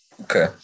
Okay